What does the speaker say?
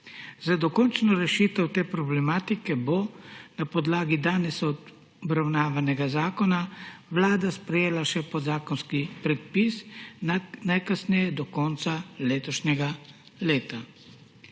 Za dokončno rešitev te problematike bo na podlagi danes obravnavanega zakona Vlada sprejela še podzakonski predpis najkasneje do konca letošnjega leta.